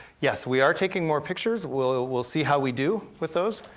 yes, we are taking more pictures, we'll we'll see how we do with those,